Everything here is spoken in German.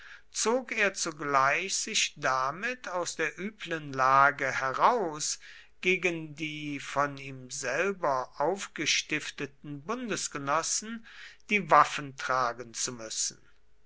zog er zugleich sich damit aus der üblen lage heraus gegen die von ihm selber aufgestifteten bundesgenossen die waffen tragen zu müssen